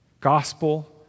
gospel